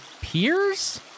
peers